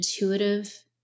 intuitive